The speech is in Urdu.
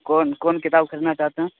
کون کون کتاب خریدنا چاہتے ہیں